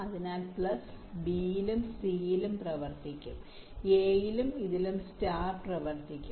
അതിനാൽ പ്ലസ് ബിയിലും സിയിലും പ്രവർത്തിക്കും എയിലും ഇതിലും സ്റ്റാർ പ്രവർത്തിക്കും